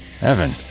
Evan